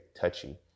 touchy